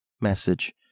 message